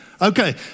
Okay